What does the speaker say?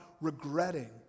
regretting